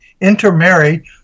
intermarry